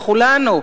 לכולנו,